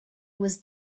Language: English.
was